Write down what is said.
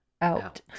out